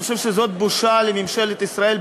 אני חושב שזאת בושה לממשלת ישראל,